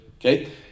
Okay